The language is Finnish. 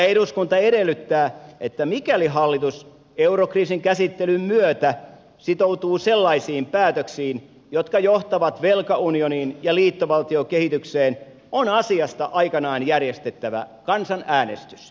eduskunta edellyttää että mikäli hallitus eurokriisin käsittelyn myötä sitoutuu sellaisiin päätöksiin jotka johtavat velkaunioniin ja liittovaltiokehitykseen on asiasta aikanaan järjestettävä kansanäänestys